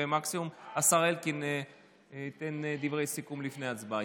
ומקסימום השר אלקין ייתן דברי סיכום לפני ההצבעה,